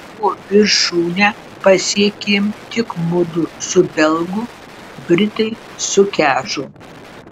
o viršūnę pasiekėm tik mudu su belgu britai sukežo